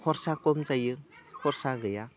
खरसा खम जायो खरसा गैया